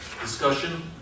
discussion